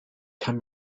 can